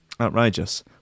Outrageous